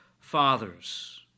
fathers